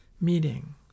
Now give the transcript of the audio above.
meeting